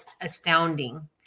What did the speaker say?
astounding